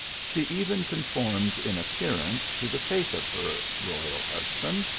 she even con formed in appearance to the faith of her royal hus band,